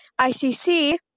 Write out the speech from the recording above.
ICC